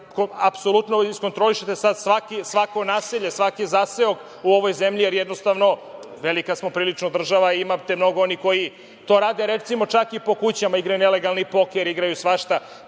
apsolutno da iskontrolišete svako naselje, svaki zaseok u ovoj zemlji, jer jednostavno velika smo prilično država i imate mnogo onih koji to rade, recimo čak i po kućama igraju nelegalni poker, igraju svašta. Prema